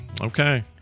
okay